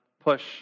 push